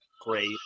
great